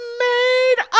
made